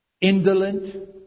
indolent